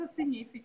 significa